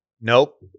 Nope